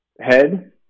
head